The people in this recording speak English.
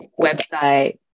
website